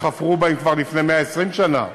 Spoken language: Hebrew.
חפרו בהן כבר לפני 120 שנה,